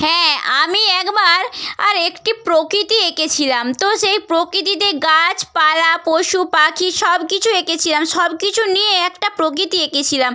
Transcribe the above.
হ্যাঁ আমি একবার আর একটি প্রকৃতি এঁকেছিলাম তো সেই প্রকৃতিতে গাছপালা পশু পাখি সব কিছু এঁকেছিলাম সব কিছু নিয়ে একটা প্রকৃতি এঁকেছিলাম